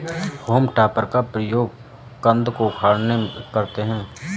home टॉपर का प्रयोग कन्द को उखाड़ने में करते हैं